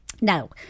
Now